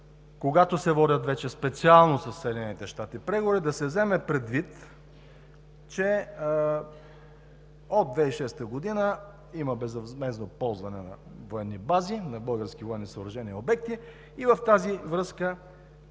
когато се водят преговори вече специално със Съединените щати, да се вземе предвид, че от 2006 г. има безвъзмездно ползване на военни бази, на български военни съоръжения и обекти и в тази връзка